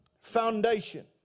foundation